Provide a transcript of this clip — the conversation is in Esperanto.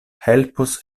helpos